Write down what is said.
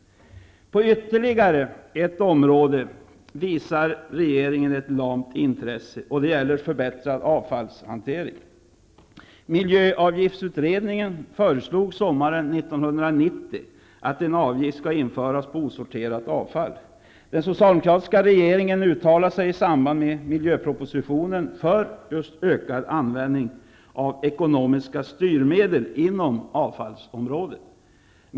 På ytterligare ett område visar regeringen ett lamt intresse. Det gäller då behovet av en förbättrad avfallshantering. Miljöavgiftsutredningen föreslog sommaren 1990 att en avgift skulle införas på osorterat avfall. Den socialdemokratiska regeringen uttalade sig i samband med miljöpropositionen för just en ökad användning av ekonomiska styrmedel på avfallsområdet.